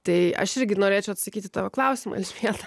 tai aš irgi norėčiau atsakyt į tavo klausimą elžbieta